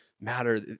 matter